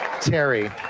Terry